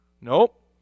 Nope